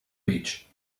beach